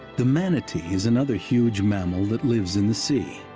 the manatee is another huge mammal that lives in the sea.